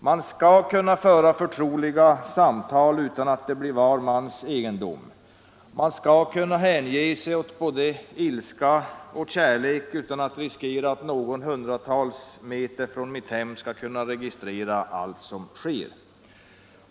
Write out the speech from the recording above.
Man skall kunna föra förtroliga samtal utan att de blir var mans egendom och man skall kunna hänge sig åt både ilska och kärlek utan att riskera att någon — hundratals meter från hemmet — registrerar allt som sägs.